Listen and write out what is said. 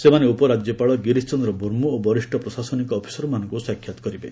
ସେମାନେ ଉପରାଜ୍ୟପାଳ ଗିରିଶ ଚନ୍ଦ୍ର ମୁର୍ମୁ ଓ ବରିଷ୍ଣ ପ୍ରଶାସନିକ ଅଫିସରମାନଙ୍କୁ ସାକ୍ଷାତ୍ କରିବେ